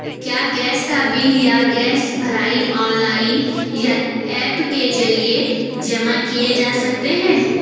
क्या गैस का बिल या गैस भराई ऑनलाइन या ऐप के जरिये जमा किये जा सकते हैं?